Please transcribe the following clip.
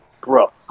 bro